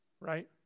right